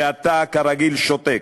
ואתה, כרגיל, שותק.